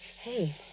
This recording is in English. Hey